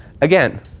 again